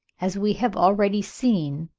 as we have already seen,